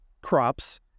crops